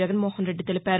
జగన్మోహన్ రెడ్డి తెలిపారు